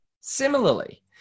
Similarly